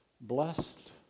Blessed